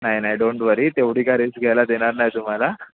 नाही नाही don't worry तेवढी काय रिस्क घ्यायला देणार नाही तुम्हाला